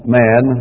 man